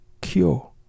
cure